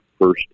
first